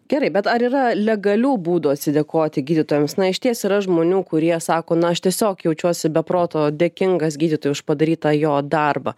gerai bet ar yra legalių būdų atsidėkoti gydytojams na išties yra žmonių kurie sako na aš tiesiog jaučiuosi be proto dėkingas gydytojui už padarytą jo darbą